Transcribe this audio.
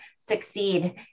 succeed